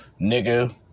Nigga